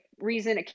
reason